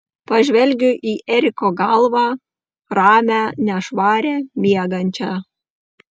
pažvelgiu į eriko galvą ramią nešvarią miegančią